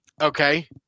Okay